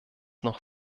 noch